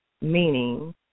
meaning